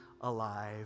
alive